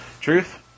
Truth